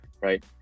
right